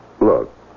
Look